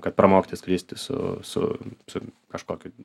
kad pramokti skristi su su su kažkokiu